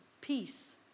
peace